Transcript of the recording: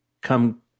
come